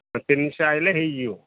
ତିନିଶହ ଆଇଲେ ହେଇଯିବ